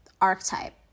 archetype